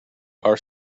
our